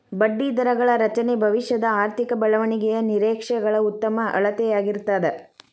ಬಡ್ಡಿದರಗಳ ರಚನೆ ಭವಿಷ್ಯದ ಆರ್ಥಿಕ ಬೆಳವಣಿಗೆಯ ನಿರೇಕ್ಷೆಗಳ ಉತ್ತಮ ಅಳತೆಯಾಗಿರ್ತದ